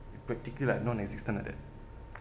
practically like non-existence like that